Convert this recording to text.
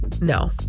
No